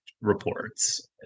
reports